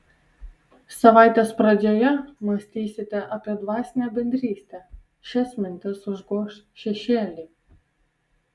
savaitės pradžioje mąstysite apie dvasinę bendrystę šias mintis užgoš šešėliai